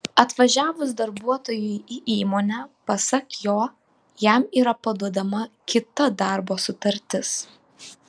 atvažiavus darbuotojui į įmonę pasak jo jam yra paduodama kita darbo sutartis